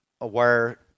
aware